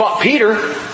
Peter